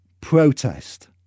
protest